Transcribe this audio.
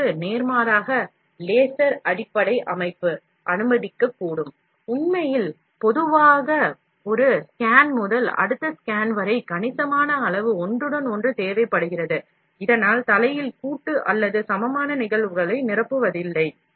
இதற்கு நேர்மாறாக லேசர் அடிப்படை அமைப்பு அனுமதிக்கக்கூடும் உண்மையில் பொதுவாக ஒரு ஸ்கேன் முதல் அடுத்த ஸ்கேன் வரை கணிசமான அளவு ஒன்றுடன் ஒன்று தேவைப்படுகிறது இதனால் தலையின் கூட்டு அல்லது சமமான நிகழ்வுகளை நிரப்புவதில்லை